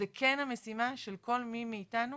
זו כן המשימה של כל מי מאתנו